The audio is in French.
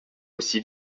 aussi